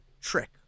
trick